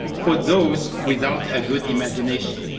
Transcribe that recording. for those without a good imagination.